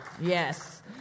Yes